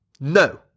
No